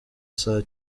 saa